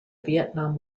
vietnam